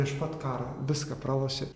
prieš pat karą viską pralošė